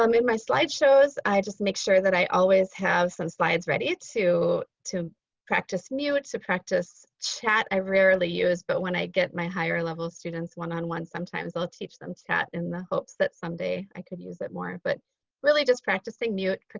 um in my slideshows i just make sure that i always have some slides ready to to practice mute, to practice chat i rarely use. but when i get my higher level students one on one sometimes i'll teach them chat in the hopes that someday i could use it more. but really just practicing mute,